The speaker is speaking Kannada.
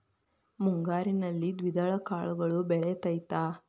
ಮುಂಗಾರಿನಲ್ಲಿ ದ್ವಿದಳ ಕಾಳುಗಳು ಬೆಳೆತೈತಾ?